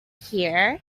here